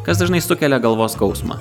kas dažnai sukelia galvos skausmą